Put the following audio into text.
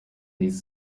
these